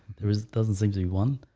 there is doesn't simply one